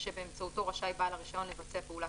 שבאמצעותו רשאי בעל הרישיון לבצע פעולת